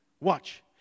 Watch